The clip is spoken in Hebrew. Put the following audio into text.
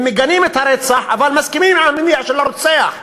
הם מגנים את הרצח אבל מסכימים למניע של הרוצח.